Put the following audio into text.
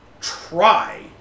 try